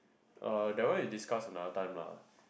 uh that one we discuss another time lah